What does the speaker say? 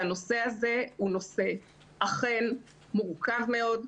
שהנושא הזה אכן מורכב מאוד,